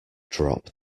drop